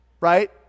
Right